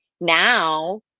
now